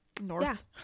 North